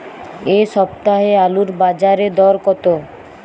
এ সপ্তাহে আলুর বাজারে দর কত?